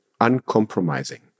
uncompromising